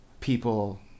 people